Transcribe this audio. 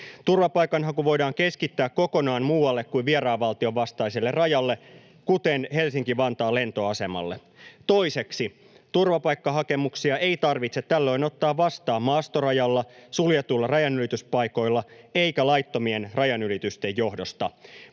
Turvapaikanhaku voidaan keskittää kokonaan muualle kuin vieraan valtion vastaiselle rajalle, kuten Helsinki-Vantaan lentoasemalle. Toiseksi, turvapaikkahakemuksia ei tarvitse tällöin ottaa vastaan maastorajalla, suljetuilla rajanylityspaikoilla eikä laittomien rajanylitysten johdosta.